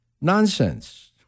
Nonsense